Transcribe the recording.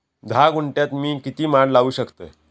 धा गुंठयात मी किती माड लावू शकतय?